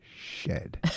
shed